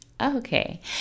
Okay